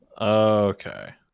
Okay